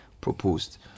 proposed